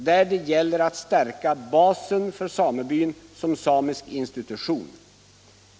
där det gäller att stärka basen för samebyn som samisk institution.